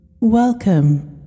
Welcome